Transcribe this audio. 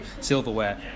silverware